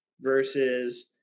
versus